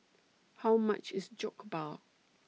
How much IS Jokbal